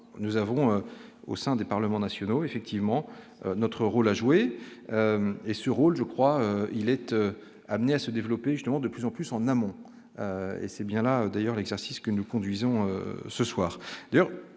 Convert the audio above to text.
nous avons au sein des parlements nationaux, effectivement, notre rôle à jouer et ce rôle je crois il était amené à se développer, justement, de plus en plus en amont, et c'est bien là d'ailleurs, l'exercice que nous conduisons ce soir